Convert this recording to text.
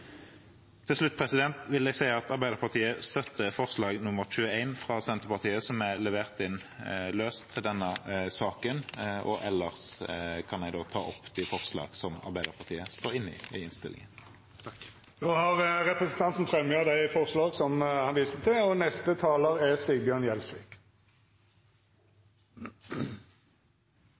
Til slutt vil jeg si at Arbeiderpartiet støtter forslag nr. 21, fra Senterpartiet, som er levert inn som et løst forslag til denne saken. Ellers tar jeg opp de forslagene i innstillingen som Arbeiderpartiet står inne i. Då har representanten Eigil Knutsen teke opp dei forslaga han refererte til. De siste månedene har vist